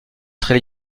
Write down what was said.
très